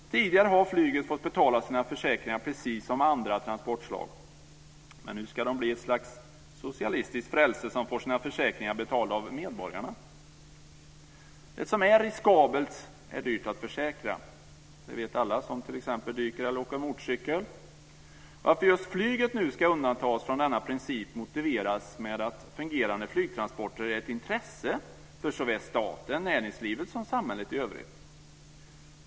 Tidigare har flyget fått betala sina försäkringar precis som andra transportslag, men nu ska det bli ett slags socialistiskt frälse som får sina försäkringar betalda av medborgarna. Det som är riskabelt är dyrt att försäkra. Det vet alla som t.ex. dyker eller åker motorcykel. Varför just flyget nu ska undantas från denna princip motiveras med att fungerande flygtransporter är ett intresse för såväl staten och näringslivet som samhället i övrigt.